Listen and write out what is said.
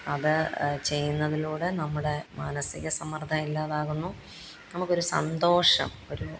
അത് ചെയ്യുന്നതിലൂടെ നമ്മുടെ മാനസിക സമ്മർദ്ദം ഇല്ലാതാകുന്നു നമുക്ക് ഒരു സന്തോഷം ഒര്